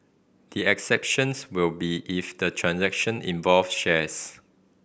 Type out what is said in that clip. the exceptions will be if the transaction involved shares